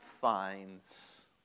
finds